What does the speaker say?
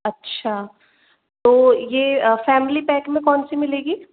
अच्छा तो ये फैमिली पैक में कौन सी मिलेगी